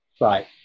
Right